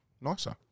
nicer